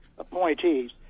Appointees